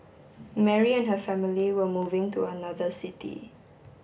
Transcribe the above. Mary and her family were moving to another city